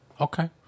okay